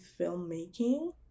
filmmaking